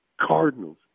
Cardinals